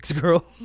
girl